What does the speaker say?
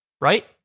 right